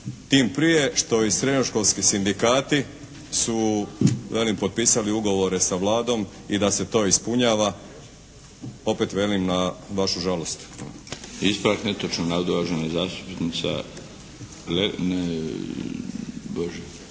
tim prije što i srednjoškolski sindikati su velim potpisali ugovore sa Vladom i da se to ispunjava opet velim na vašu žalost. **Milinović, Darko (HDZ)** Ispravak netočnog